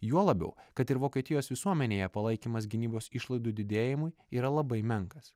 juo labiau kad ir vokietijos visuomenėje palaikymas gynybos išlaidų didėjimui yra labai menkas